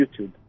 YouTube